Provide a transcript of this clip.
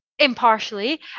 impartially